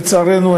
לצערנו,